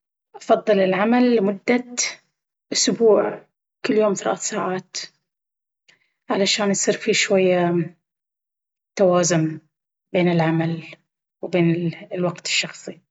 أفضل العمل لمدة أسبوع وكل يوم ثلاث ساعات علشان يصير في شوية توازن بين العمل وبين الوقت الشخصي.